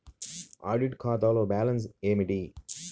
Audit ఖాతాలో balance ఏమిటీ?